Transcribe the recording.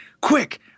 quick